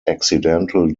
accidental